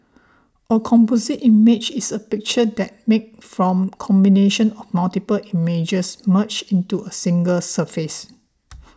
a composite image is a picture that's made from the combination of multiple images merged into a single surface